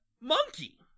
monkey